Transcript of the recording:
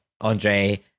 Andre